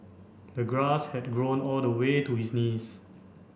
the grass had grown all the way to his knees